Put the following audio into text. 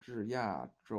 乔治亚州